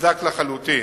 יצדק לחלוטין.